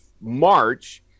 March